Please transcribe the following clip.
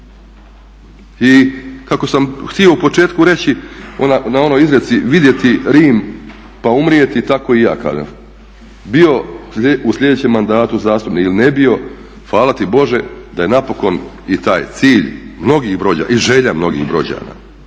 I kako sam htio na početku reći, na onoj izreci vidjeti Rim pa umrijeti tako i ja kažem. Bio u sljedećem mandatu zastupnik ili ne bio, hvala ti Bože da je napokon i taj cilj mnogih Brođana i želja mnogih Brođana